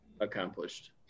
accomplished